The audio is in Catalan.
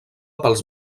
pels